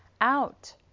Out